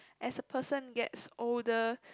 as a person gets older